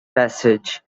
passage